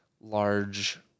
large